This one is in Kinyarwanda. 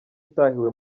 utahiwe